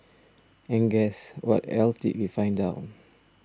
and guess what else did we find out